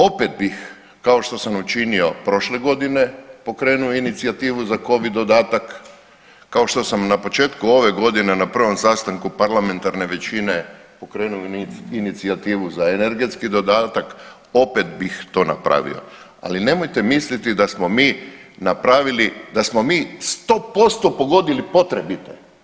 Opet bih kao što sam učinio prošle godine pokrenuo inicijativu ka covid dodatak, kao što sam na početku ove godine na prvom sastanku parlamentarne većine pokrenuo inicijativu za energetski dodatak, opet bih to napravio, ali nemojte misliti, da smo mi napravili da smo mi 100% pogodili potrebite.